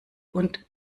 und